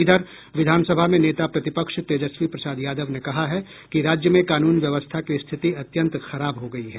इधर विधानसभा में नेता प्रतिपक्ष तेजस्वी प्रसाद यादव ने कहा है कि राज्य में कानून व्यवस्था की स्थिति अत्यंत खराब हो गयी है